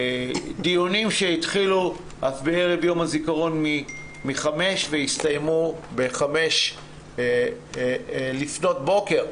דיונים שהתחילו מערב יום הזיכרון בחמש והסתיימו בחמש לפנות בוקר,